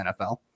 NFL